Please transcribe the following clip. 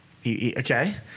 Okay